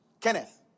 Kenneth